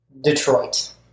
Detroit